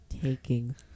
taking